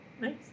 Nice